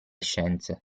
scienze